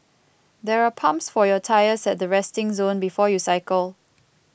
there are pumps for your tyres at the resting zone before you cycle